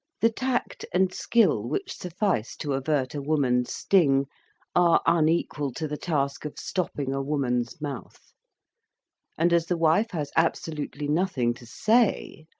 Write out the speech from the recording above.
the tact and skill which suffice to avert a woman's sting are unequal to the task of stopping a woman's mouth and as the wife has absolutely nothing to say,